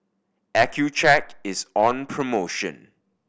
Accucheck is on promotion